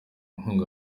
nkunga